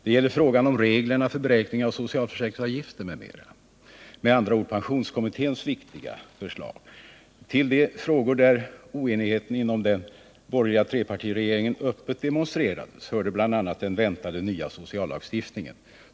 Det gäller frågan om reglerna för beräkning av socialförsäkringsavgifter m.m. — med andra ord pensionskommitténs viktiga förslag. Till de frågor där oenigheten inom den borgerliga trepartiregeringen öppet demonstrerades hörde bl.a. den väntade nya sociallagstiftningen.